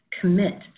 commit